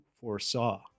foresaw